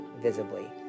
visibly